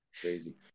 Crazy